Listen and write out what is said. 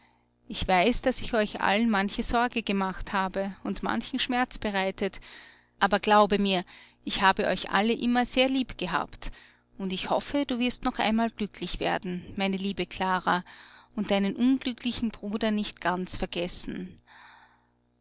ich weiß daß ich euch allen manche sorge gemacht habe und manchen schmerz bereitet aber glaube mir ich habe euch alle immer sehr lieb gehabt und ich hoffe du wirst noch einmal glücklich werden meine liebe klara und deinen unglücklichen bruder nicht ganz vergessene